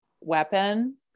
weapon